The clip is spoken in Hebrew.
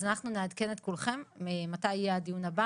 אז אנחנו נעדכן את כולכם מתי יהיה הדיון הבא